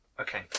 okay